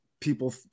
people